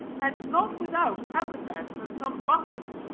and not without epithets and some buffets,